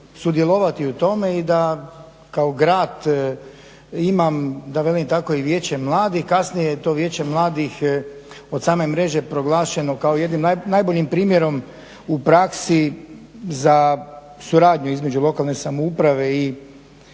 sudjelovati u tome i da kao grad imam da velim tako i vijeće mladih. Kasnije je to vijeće mladih od same mreže proglašeno kao jednim najboljim primjerom u praksi za suradnju između lokalne samouprave i